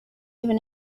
even